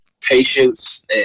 patience